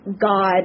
God